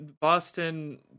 boston